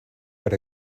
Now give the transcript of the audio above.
per